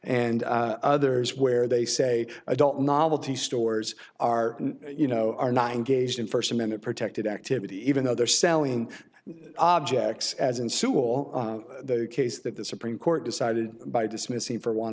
and others where they say adult novelty stores are you know are not engaged in first amendment protected activity even though they're selling objects as an sewall the case that the supreme court decided by dismissing for